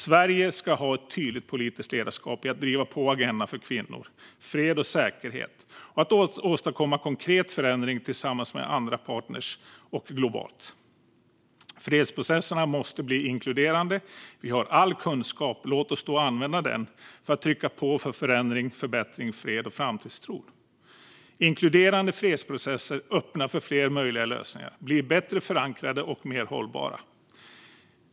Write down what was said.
Sverige ska ha ett tydligt politiskt ledarskap i att driva på agendan för kvinnor, fred och säkerhet och åstadkomma konkret förändring tillsammans med andra partner och globalt. Fredsprocesserna måste bli inkluderande. Vi har all kunskap - låt oss då använda den för att trycka på för förändring, förbättring, fred och framtidstro! Inkluderande fredsprocesser öppnar för fler möjliga lösningar, blir bättre förankrade och mer hållbara.